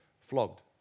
flogged